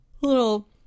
little